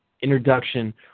introduction